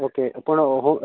okay पूण